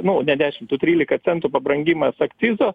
nu ne dešim tų trylika centų pabrangimas akcizo